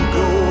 go